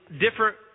different